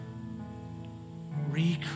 Recreate